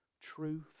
truth